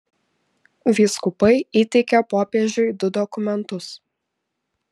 vyskupai įteikė popiežiui du dokumentus